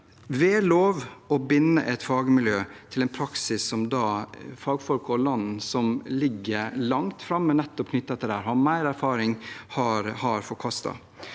ved lov, å binde et fagmiljø til en praksis som fagfolk og land som ligger langt framme i dette, og som har mer erfaring, har forkastet.